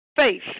Faith